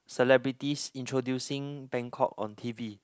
celebrities introducing Bangkok on t_v